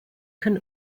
can